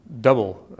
double